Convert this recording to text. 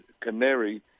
canary